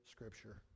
Scripture